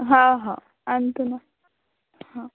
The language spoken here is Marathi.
हो हो आणते मग हो